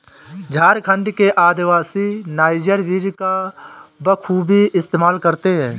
झारखंड के आदिवासी नाइजर बीज का बखूबी इस्तेमाल करते हैं